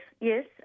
yes